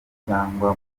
cyangwa